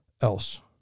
else